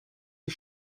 les